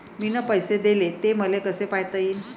मिन पैसे देले, ते मले कसे पायता येईन?